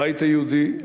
הבית היהודי,